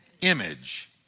image